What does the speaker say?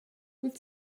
with